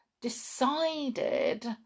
decided